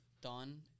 done